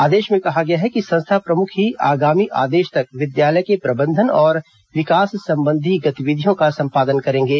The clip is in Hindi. आदेश में कहा गया है कि संस्था प्रमुख ही आगामी आदेश तक विद्यालय के प्रबंधन और विकास संबंधी गतिविधियों का संपादन करेंगे